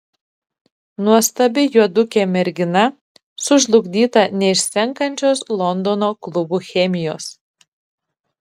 nuostabi juodukė mergina sužlugdyta neišsenkančios londono klubų chemijos